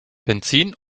benzin